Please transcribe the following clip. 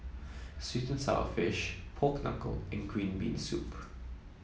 sweet and sour fish Pork Knuckle and Green Bean Soup